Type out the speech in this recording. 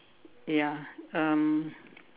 ya um